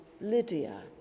Lydia